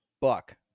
Buck